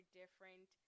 different